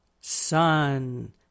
sun